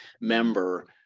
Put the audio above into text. member